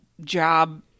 job